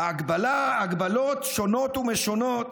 הגבלות שונות ומשונות,